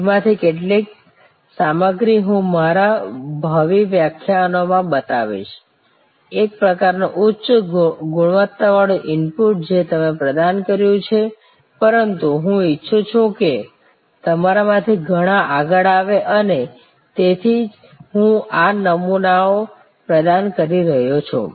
તેમાંથી કેટલીક સામગ્રી હું મારા ભાવિ વ્યાખ્યાનો માં બતાવીશ એક પ્રકારનું ઉચ્ચ ગુણવત્તાવાળું ઇનપુટ જે તમે પ્રદાન કર્યું છે પરંતુ હું ઈચ્છું છું કે તમારામાંથી ઘણા આગળ આવે અને તેથી જ હું આ નમૂનાઓ પ્રદાન કરી રહ્યો છું